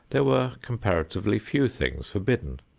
there were comparatively few things forbidden.